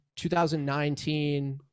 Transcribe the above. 2019